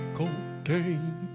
cocaine